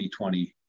2020